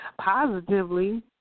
positively